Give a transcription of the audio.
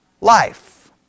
life